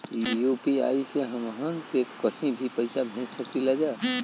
UPI से हमहन के कहीं भी पैसा भेज सकीला जा?